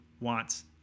wants